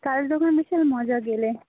তাহলে তো ওখানে নিশ্চয়ই মজা গেলে